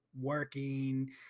working